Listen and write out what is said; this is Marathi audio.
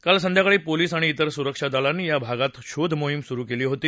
काल संध्याकाळी पोलीस आणि इतर सुरक्षा दलांनी या भागात शोधमोहिम सुरु केली होती